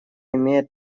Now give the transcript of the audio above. имеет